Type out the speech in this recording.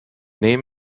name